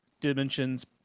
Dimensions